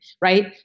right